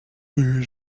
les